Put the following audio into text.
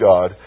God